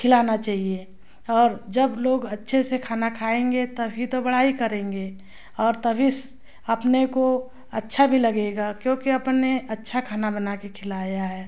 खिलाना चाहिए और जब लोग अच्छे से खाना खाएंगे तभी तो बड़ाई करेंगे और तभी अपने को अच्छा भी लगेगा क्योंकि अपन ने अच्छा खाना बना कर खिलाया है